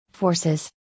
forces